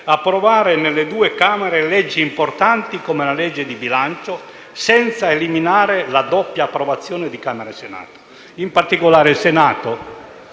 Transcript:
approvare nelle due Camere leggi importanti come quella di bilancio, senza eliminare la doppia approvazione di Camera e Senato. In particolare, il Senato,